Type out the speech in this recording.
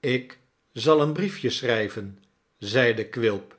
ik zal een briefje schrijven zeide quilp